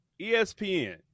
ESPN